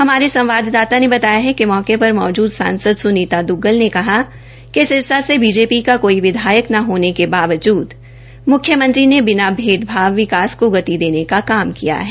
हमारे संवाददाता ने बताया किय मौके पर मौजूद सांसद सुनीता दुग्गल ने कहा कि सिरसा से बीजेपी का कोई विधायक न होने के बावूद मुख्मयंत्री ने बिना भेदभाव विकास की गति देने का काम किया है